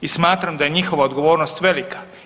I smatram da je njihova odgovornost velika.